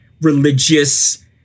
religious